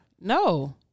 No